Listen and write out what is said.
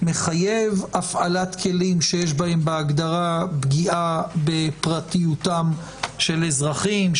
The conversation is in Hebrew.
מחייב הפעלת כלים שיש בהגדרתם פגיעה בפרטיותם של אזרחים,